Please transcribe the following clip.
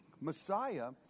Messiah